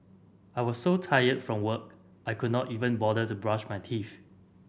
I was so tired from work I could not even bother to brush my teeth